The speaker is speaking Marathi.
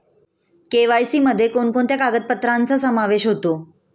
के.वाय.सी मध्ये कोणकोणत्या कागदपत्रांचा समावेश होतो?